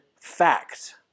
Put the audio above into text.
fact